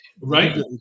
right